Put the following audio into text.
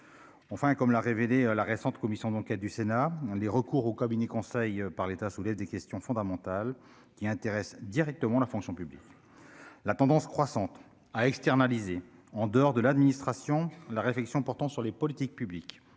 enfin, comme l'a révélé la récente commission d'enquête du Sénat les recours au cabinet conseil par l'État, soulève des questions fondamentales qui intéressent directement la fonction publique, la tendance croissante à externaliser en dehors de l'administration, la réflexion portant sur les politiques publiques,